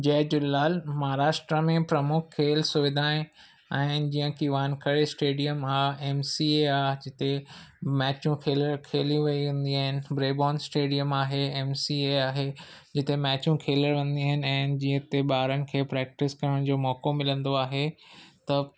जय झूलेलाल महाराष्ट्र में प्रमुख खेल सुविधाऊं आहिनि जीअं की वानखेड़े स्टेडियम आहे एम सी ए आहे जिते मैचूं खेल खेली वेयूं हूंदियूं आहिनि ब्रेबोर्न स्टेडियम आहे एम सी ए आहे जिते मैचूं खेलणु वेंदियूं आहिनि ऐं जीअं हिते ॿारनि खे प्रेक्टिस करण जो मौक़ो मिलंदो आहे त